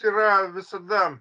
yra visada